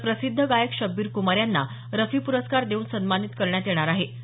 तर प्रसिद्ध गायक शब्बीर कुमार यांना रफी पुरस्कार देऊन सन्मानित करण्यात येणार आहे